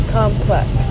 complex